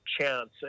chance